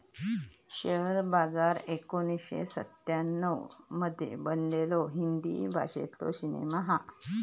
share बाजार एकोणीसशे सत्त्याण्णव मध्ये बनलेलो हिंदी भाषेतलो सिनेमा हा